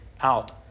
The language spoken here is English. out